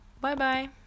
Bye-bye